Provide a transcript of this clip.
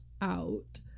out